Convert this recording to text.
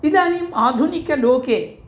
इदानीम् आधुनिकलोके